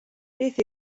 beth